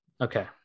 Okay